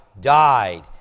died